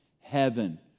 heaven